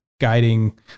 guiding